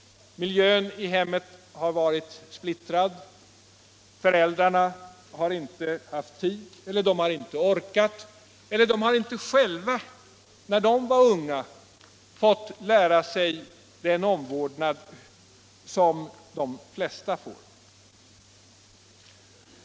Miljön i hemmet har varit splittrad. Föräldrarna har inte haft tid eller inte orkat, eller också har de inte själva, när de var unga, fått lära sig att ge den omvårdnad som de flesta får.